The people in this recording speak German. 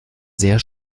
sehr